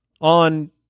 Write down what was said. on